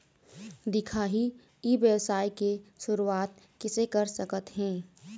दिखाही ई व्यवसाय के शुरुआत किसे कर सकत हे?